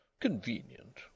Convenient